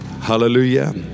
Hallelujah